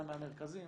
גם מהמרכזים,